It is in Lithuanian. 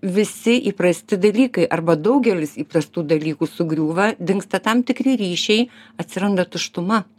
visi įprasti dalykai arba daugelis įprastų dalykų sugriūva dingsta tam tikri ryšiai atsiranda tuštuma